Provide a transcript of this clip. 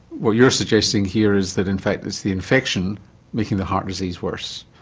what you're suggesting here is that in fact it's the infection making the heart disease worse.